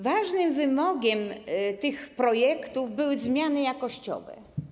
Ważnym wymogiem tych projektów były zmiany jakościowe.